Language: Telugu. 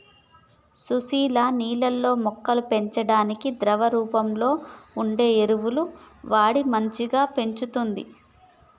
సుశీల నీళ్లల్లో మొక్కల పెంపకానికి ద్రవ రూపంలో వుండే ఎరువులు వాడి మంచిగ పెంచుతంది